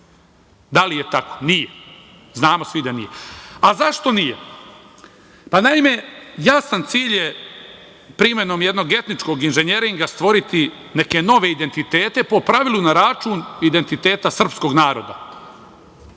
Da li je tako? Nije, znamo svi da nije. A zašto nije? Naime, jasan cilj je primenom jednog etničkog inženjeringa stvoriti neke nove identitete, po pravilu na račun identiteta srpskog naroda,